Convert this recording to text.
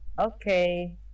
Okay